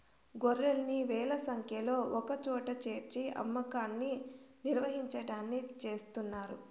గొర్రెల్ని వేల సంఖ్యలో ఒకచోట చేర్చి అమ్మకాన్ని నిర్వహించడాన్ని చేస్తున్నారు